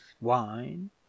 wine